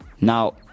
Now